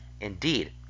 Indeed